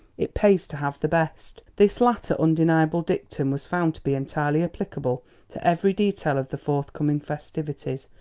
it pays to have the best. this latter undeniable dictum was found to be entirely applicable to every detail of the forthcoming festivities,